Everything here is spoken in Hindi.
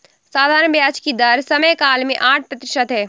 साधारण ब्याज की दर समयकाल में आठ प्रतिशत है